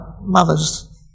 mother's